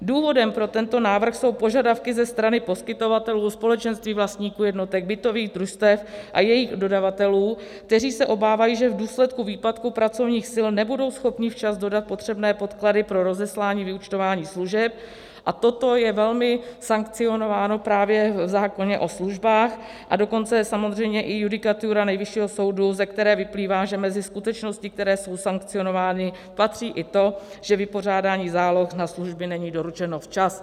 Důvodem pro tento návrh jsou požadavky ze strany poskytovatelů, společenství vlastníků jednotek, bytových družstev a jejich dodavatelů, kteří se obávají, že v důsledku výpadku pracovních sil nebudou schopni včas dodat potřebné podklady pro rozeslání vyúčtování služeb, a toto je velmi sankcionováno právě v zákoně o službách, a dokonce samozřejmě i judikatura Nejvyššího soudu, ze které vyplývá, že mezi skutečnosti, které jsou sankcionovány, patří i to, že vypořádání záloh na služby není doručeno včas.